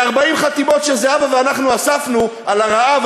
ב-40 חתימות שזהבה ואנחנו אספנו על הרעב,